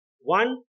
one